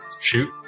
Shoot